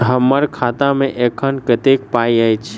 हम्मर खाता मे एखन कतेक पाई अछि?